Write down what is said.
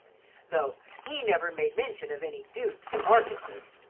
though he never made mention of any dooks or markises.